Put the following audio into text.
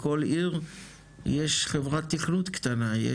בכל עיר יש חברת תכנות קטנה.